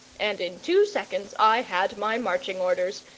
and in two seconds i had my marching orders,